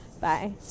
Bye